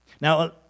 Now